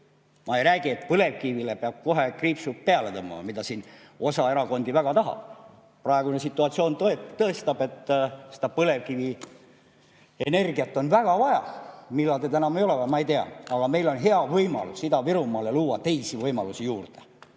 Ma ei räägi, et põlevkivile peab kohe kriipsu peale tõmbama, mida siin osa erakondi väga taha. Praegune situatsioon tõestab, et põlevkivienergiat on väga vaja. Millal seda enam ei ole vaja, ma ei tea. Aga meil on hea võimalus Ida-Virumaale luua teisi võimalusi juurde.